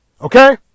Okay